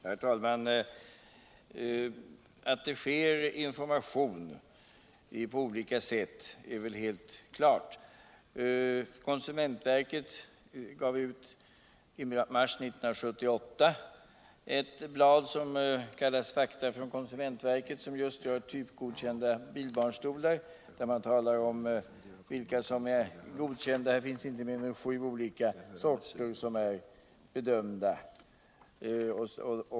Herr talman! Att det sker information på olika sätt är väl heh klart. Konsumentverket gav i mars 1978 ut eu blad som kallas Fakta från konsumentverket, som just rör typgodkända bilbarnstolar och där man talar om vilka som är godkända — inte mindre än sju olika sorter är berörda.